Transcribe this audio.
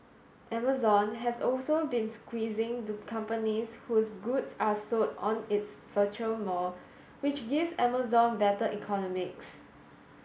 Amazon has also been squeezing the companies whose goods are sold on its virtual mall which gives Amazon better economics